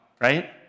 right